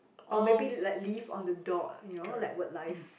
or maybe like leave on the dot you know like work life